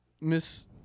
Miss